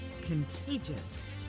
contagious